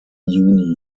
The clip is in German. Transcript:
juni